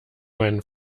meinen